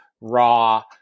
raw